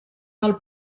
del